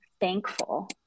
thankful